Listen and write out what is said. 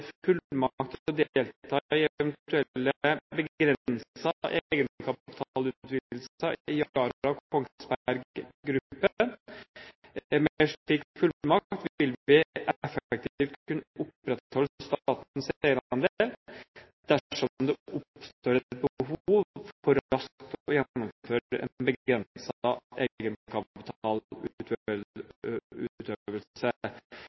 eventuelle begrensede egenkapitalutvidelser i Yara og Kongsberg Gruppen. Med en slik fullmakt vil vi effektivt kunne opprettholde statens eierandel dersom det oppstår et behov for raskt å gjennomføre en begrenset egenkapitalutvidelse. Det kan